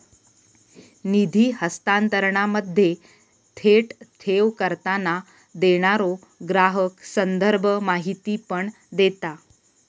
निधी हस्तांतरणामध्ये, थेट ठेव करताना, देणारो ग्राहक संदर्भ माहिती पण देता